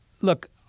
look